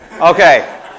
Okay